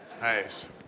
Nice